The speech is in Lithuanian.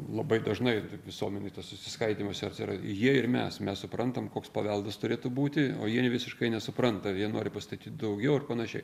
labai dažnai visuomenėj tas susiskaidymas atsiras jie ir mes mes suprantam koks paveldas turėtų būti o jie visiškai nesupranta jie nori pastatyt daugiau ar panašiai